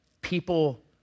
people